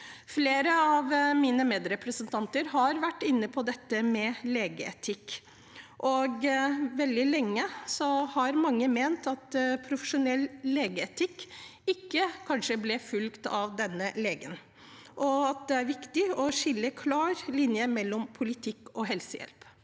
Flere av mine medrepresentanter har vært inne på dette med legeetikk, og veldig lenge har mange ment at profesjonell legeetikk kanskje ikke ble fulgt av denne legen, og at det er viktig å trekke en klar skillelinje mellom politikk og helsehjelp.